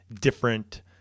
different